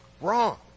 Wrong